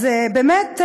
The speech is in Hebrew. אז באמת,